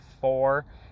four